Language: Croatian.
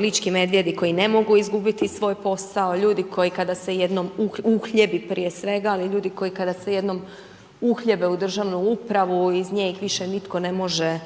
lički medvjedi koji ne mogu izgubiti svoj posao, ljudi koji kada se jednom uhljebi prije svega, ali i ljudi koji kada se jednom uhljebe u državnu upravu iz nje ih više nitko ne može